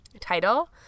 title